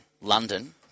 London